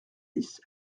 dix